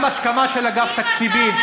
גם בהסכמה של אגף תקציבים,